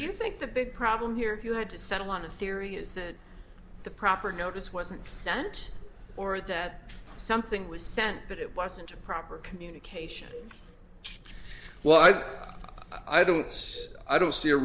because you think the big problem here if you had to settle on a theory is that the proper notice wasn't sent or that something was sent but it wasn't proper communication well i i don't i don't see a